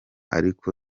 ariko